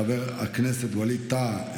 חבר הכנסת ווליד טאהא,